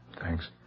Thanks